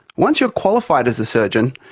once you are qualified as a surgeon,